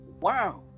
wow